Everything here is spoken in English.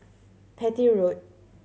Petir Road